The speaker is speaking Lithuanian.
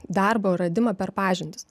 darbo radimą per pažintis